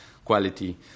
Quality